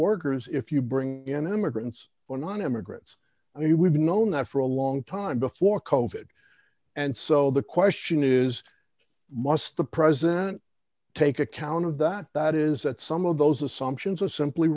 workers if you bring in immigrants or nonimmigrants and we've known that for a long time before coded and so the question is must the president take account of that that is that some of those assumptions are simply